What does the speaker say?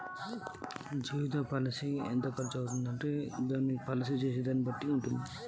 జీవిత బీమా పాలసీకి ఎంత ఖర్చయితది?